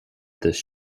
this